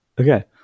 okay